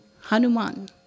Hanuman